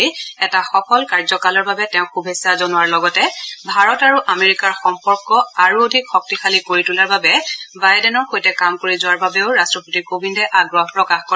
শ্ৰীকোবিন্দে এটা সফল কাৰ্যকালৰ বাবে তেওঁক শুভেচ্ছা জনোৱাৰ লগতে ভাৰত আৰু আমেৰিকাৰ সম্পৰ্ক আৰু অধিক শক্তিশালী কিৰ তোলাৰ বাবে বাইডেনৰ সৈতে কাম কিৰ যোৱাৰ বাবেও ৰাষ্ট্ৰপতি কোবিন্দে আগ্ৰহ প্ৰকাশ কৰে